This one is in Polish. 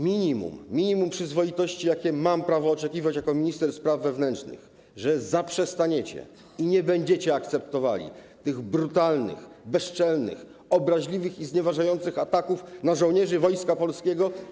Minimum przyzwoitości, jakiego mam prawo oczekiwać jako minister spraw wewnętrznych, dotyczy tego, że zaprzestaniecie i nie będziecie akceptowali tych brutalnych, bezczelnych, obraźliwych i znieważających ataków na żołnierzy Wojska Polskiego.